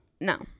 No